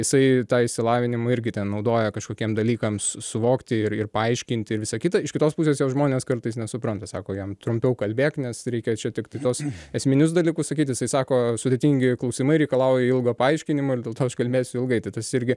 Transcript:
jisai tą išsilavinimą irgi ten naudoja kažkokiem dalykams suvokti ir ir paaiškinti visa kita iš kitos pusės jo žmonės kartais nesupranta sako jam trumpiau kalbėk nes reikia čia tiktai tuos esminius dalykus sakyti jisai sako sudėtingi klausimai reikalauja ilgo paaiškinimo ir dėlto aš kalbėsiu ilgai tai tas irgi